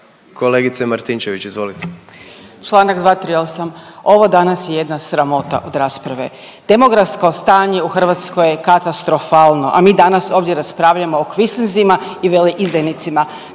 Natalija (Reformisti)** Čl. 238, ovo danas je jedna sramota od rasprave. Demografsko stanje u Hrvatskoj je katastrofalno, a mi danas ovdje raspravljamo o kvislinzima i veleizdajnicima,